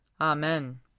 Amen